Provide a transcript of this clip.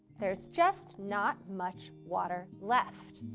there's just not much water left.